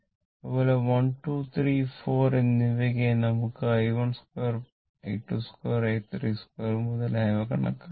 അതുപോലെ 1 2 3 4 എന്നിവയ്ക്കായി നമുക്ക് i12 i22 i32 മുതലായവ കണക്കാക്കാം